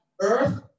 earth